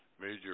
major